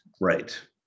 Right